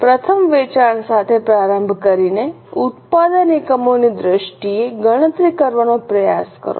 પ્રથમ વેચાણ સાથે પ્રારંભ કરીને ઉત્પાદન એકમોની દ્રષ્ટિએ ગણતરી કરવાનો પ્રયાસ કરો